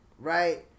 Right